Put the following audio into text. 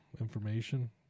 information